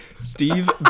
Steve